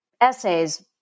essays